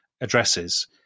addresses